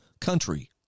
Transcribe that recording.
country